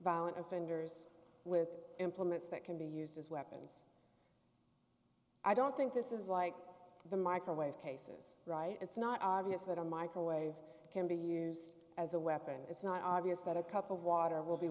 violent offenders with implements that can be used as weapons i don't think this is like the microwave cases right it's not obvious that a microwave can be used as a weapon it's not obvious that a cup of water will be